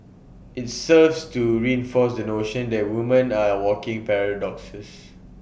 IT serves to reinforce the notion that women are walking paradoxes